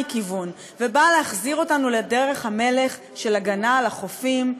היא באה להחזיר אותנו לדרך המלך של הגנה על החופים,